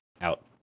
out